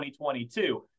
2022